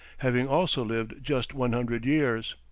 having also lived just one hundred years.